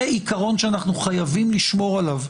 זה עקרון שאנחנו חייבים לשמור עליו.